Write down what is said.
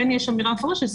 כן יש אמירה מפורשת,